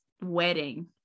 wedding